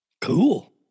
Cool